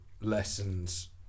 lessons